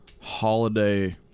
holiday